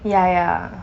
ya ya